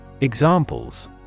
Examples